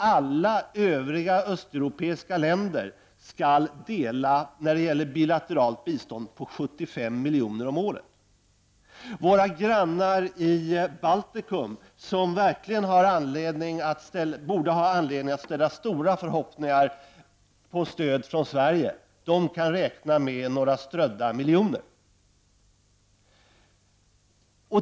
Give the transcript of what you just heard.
Alla de övriga östeuropeiska länder skall när det gäller det bilaterala biståndet dela på 75 miljoner om året. Våra grannar i Baltikum, som verkligen borde ha anledning att ställa stora förhoppningar till stöd från Sverige, kan räkna med några strödda miljoner.